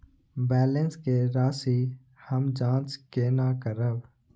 Balance के राशि हम जाँच केना करब?